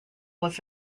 was